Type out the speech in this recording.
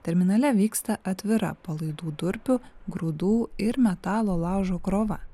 terminale vyksta atvira palaidų durpių grūdų ir metalo laužo krova